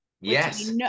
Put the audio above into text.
Yes